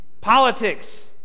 politics